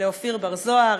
לאופיר בר-זוהר,